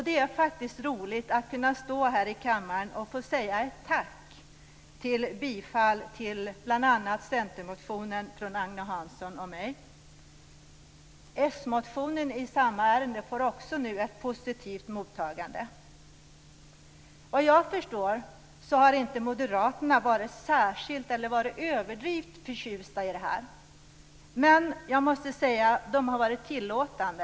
Det är faktiskt roligt att få stå här i kammaren och tacka för bifallet till bl.a. centermotionen från Agne Hansson och mig. S-motionen i samma ärende får också ett positivt mottagande nu. Såvitt jag förstår har Moderaterna inte varit överdrivet förtjusta i det här men de har, måste jag säga, varit tillåtande.